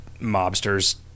mobsters